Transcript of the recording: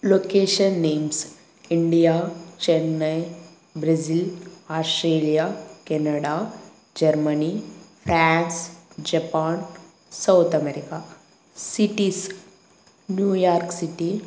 location names India Chennai Brazil Australia Canada Germany France Japan south America cities New York City